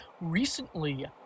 Recently